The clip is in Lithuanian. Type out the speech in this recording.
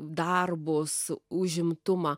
darbus užimtumą